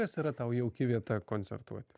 kas yra tau jauki vieta koncertuoti